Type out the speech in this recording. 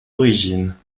origines